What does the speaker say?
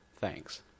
thanks